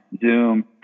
Zoom